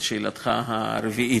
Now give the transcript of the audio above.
לשאלתך הרביעית.